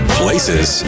places